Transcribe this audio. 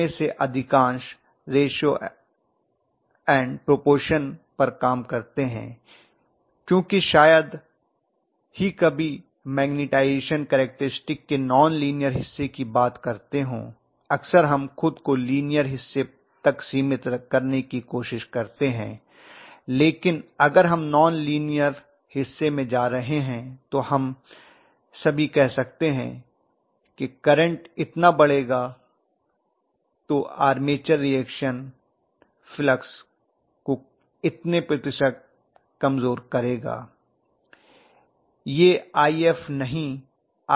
उनमें से अधिकांश रेश्यो एंड प्रपोर्शन पर काम करते हैं क्योंकि हम शायद ही कभी मैग्नटज़ैशन केरक्टरिस्टिक के नॉन लिनीअर हिस्से की बात करते हों अक्सर हम खुद को लिनीअर हिस्से तक सीमित करने की कोशिश करते हैं लेकिन अगर हम नॉन लिनीअर हिस्से में जा रहे हैं तो हम कह सकते हैं करंट इतना बढ़ेगा तो आर्मेचर रिएक्शन फ्लक्स को इतने प्रतिशत तक कमजोर करेगा